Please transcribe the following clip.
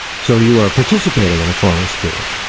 so you are participating in a foreign spirit,